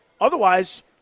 Otherwise